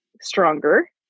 stronger